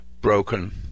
broken